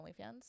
OnlyFans